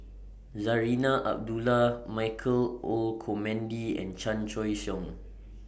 Zarinah Abdullah Michael Olcomendy and Chan Choy Siong